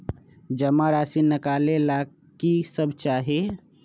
जमा राशि नकालेला कि सब चाहि?